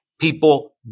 people